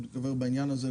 אני מתכוון בעניין הזה,